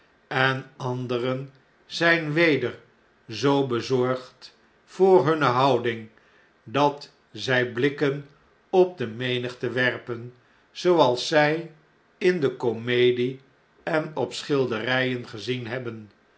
en anderen zijn weder zoo bezorgd voorhunne houding dat zjj blikken op demenigte werpen zooals zij in de komedie en op schilderijen gezien hebben